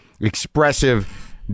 expressive